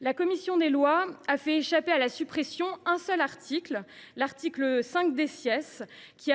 La commission des lois a fait échapper à la suppression un seul article : l’article 5 , qui